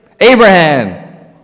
Abraham